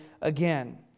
again